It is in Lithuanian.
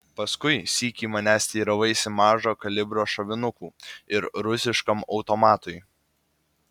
paskui sykį manęs teiravaisi mažo kalibro šovinukų ir rusiškam automatui